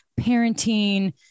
parenting